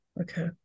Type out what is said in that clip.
Okay